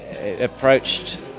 approached